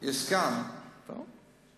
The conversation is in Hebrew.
יש סגן, טוב.